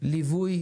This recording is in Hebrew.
ליווי